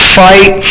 fight